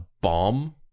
bomb